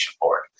board